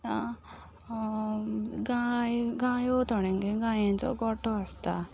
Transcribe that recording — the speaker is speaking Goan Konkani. आतां गाय गायो थोड्यांगेर गायांचो गोठो आसता